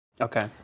Okay